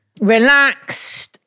relaxed